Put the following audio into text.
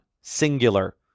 singular